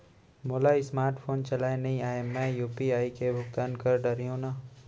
मोला smart phone चलाए नई आए मैं यू.पी.आई ले भुगतान कर डरिहंव न?